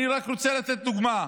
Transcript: אני רק רוצה לתת דוגמה: